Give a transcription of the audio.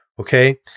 Okay